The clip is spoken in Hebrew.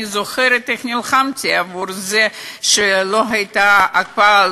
אני זוכרת איך נלחמתי עבור זה שלא תהיה הקפאה,